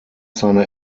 seiner